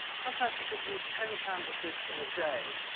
sometimes he could use ten canvases in a day.